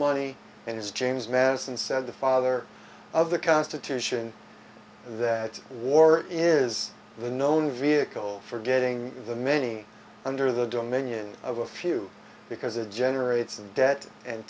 money and is james madison said the father of the constitution that war is the known vehicle for getting the many under the dominion of a few because it generates and debt and